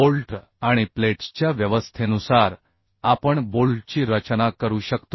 bolt आणि प्लेट्सच्या व्यवस्थेनुसार आपण बोल्टची रचना करू शकतो